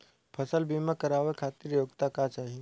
फसल बीमा करावे खातिर योग्यता का चाही?